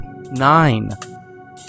nine